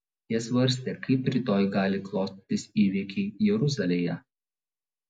jie svarstė kaip rytoj gali klostytis įvykiai jeruzalėje